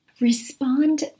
respond